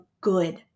good